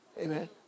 Amen